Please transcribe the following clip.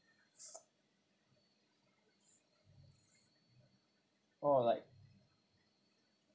or like